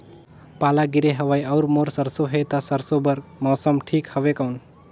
पाला गिरे हवय अउर मोर सरसो हे ता सरसो बार मौसम ठीक हवे कौन?